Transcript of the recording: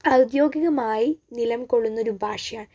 ഔദ്യോഗികമായി നിലകൊള്ളുന്നൊരു ഭാഷയാണ്